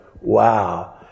wow